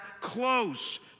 close